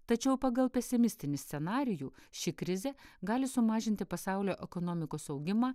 tačiau pagal pesimistinį scenarijų ši krizė gali sumažinti pasaulio ekonomikos augimą